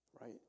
right